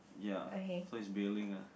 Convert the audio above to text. ya so is bailing la